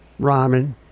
ramen